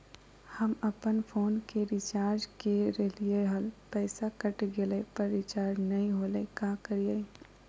हम अपन फोन के रिचार्ज के रहलिय हल, पैसा कट गेलई, पर रिचार्ज नई होलई, का करियई?